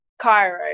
Cairo